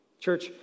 Church